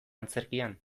antzerkian